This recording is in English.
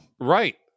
Right